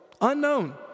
Unknown